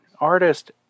artist